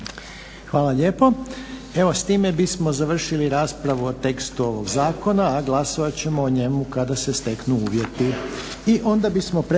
Hvala lijepo. Evo s time bismo završili raspravu o tekstu ovog zakona, a glasovat ćemo o njemu kada se steknu uvjeti.